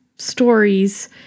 stories